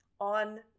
on